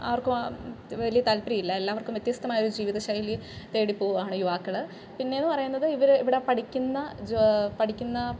ആർക്കും വലിയ താല്പര്യമില്ല എല്ലാവർക്കും വ്യത്യസ്ഥമായൊരു ജീവിത ശൈലി തേടി പോവുകയാണ് യുവാക്കൾ പിന്നെ എന്ന് പറയുന്നത് ഇവർ ഇവിടെ പഠിക്കുന്ന ജോലി പഠിക്കുന്ന